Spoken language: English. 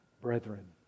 Brethren